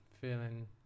feeling